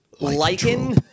Lichen